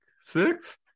six